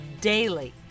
daily